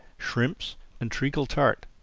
shrimps and treacle-tart.